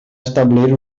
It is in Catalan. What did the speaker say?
establir